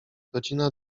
godzina